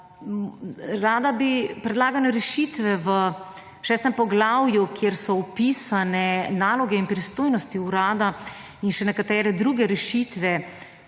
podprla. Predlagane rešitve v šestem poglavju, kjer so opisane naloge in pristojnosti Urada in še nekatere druge rešitve,